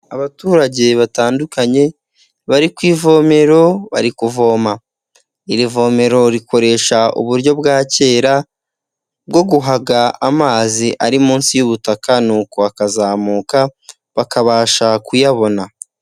Abaturage batandukanye bari ku ivomero bari kuvoma, iri vomero rikoresha uburyo bwa kera bwo guhaga amazi ari munsi y'ubutaka, nuko akazamuka bakabasha kuyabona.